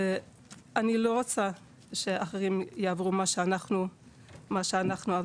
אני לא רוצה שאחרים יעברו מה שאנחנו עברנו,